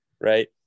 Right